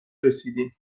رسیدیم